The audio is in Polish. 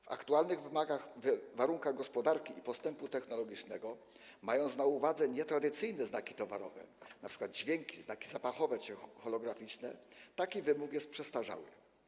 W aktualnych warunkach gospodarki i postępu technologicznego, mając na uwadze nietradycyjne znaki towarowe, np. dźwięki, znaki zapachowe czy holograficzne, taki wymóg jest przestarzały.